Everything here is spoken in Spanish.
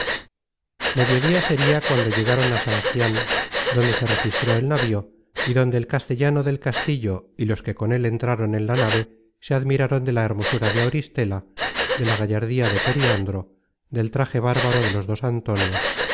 quisiese mediodia sería cuando llegaron á sangian donde se registró el navío y donde el castellano del castillo y los que con él entraron en la nave se admiraron de la hermosura de auristela de la gallardía de periandro del traje bárbaro de los dos antonios